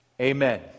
Amen